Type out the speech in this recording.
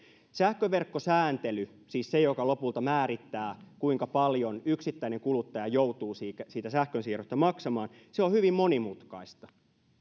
sähköverkkosääntely siis se joka lopulta määrittää kuinka paljon yksittäinen kuluttaja joutuu siitä siitä sähkönsiirrosta maksamaan on hyvin monimutkaista